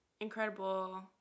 incredible